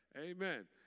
Amen